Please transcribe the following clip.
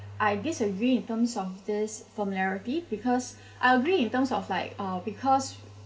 I disagree in terms of this familiarity because I agree in terms of like uh because